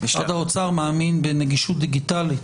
משרד האוצר מאמין בנגישות דיגיטלית.